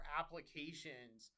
applications